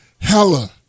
hella